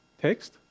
text